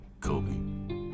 Kobe